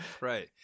Right